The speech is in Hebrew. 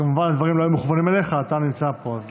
כמובן, הדברים לא היו מכוונים אליך, אתה נמצא פה.